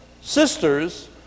sisters